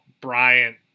Bryant